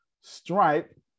stripe